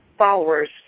Followers